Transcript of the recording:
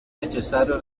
necessario